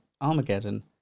Armageddon